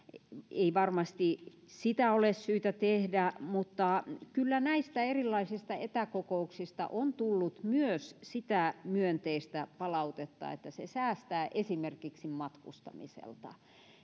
ei varmasti sitä ole syytä tehdä mutta kyllä näistä erilaisista etäkokouksista on tullut myös sitä myönteistä palautetta että se säästää esimerkiksi matkustamiselta